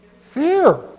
Fear